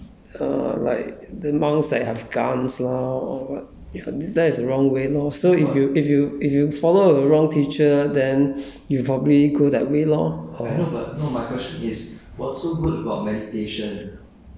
wrong way is like what you say lor like uh like the monks that have guns lah or what if that is the wrong way lor so if you if you if you follow the wrong teacher then you probably go that way lor orh